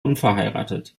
unverheiratet